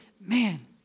man